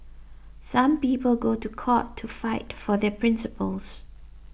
some people go to court to fight for their principles